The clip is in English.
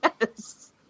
Yes